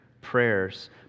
prayers